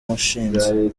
washinze